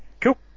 Cool